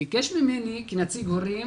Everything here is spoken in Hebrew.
ביקש ממני כנציג הורים,